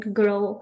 grow